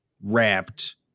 wrapped